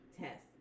test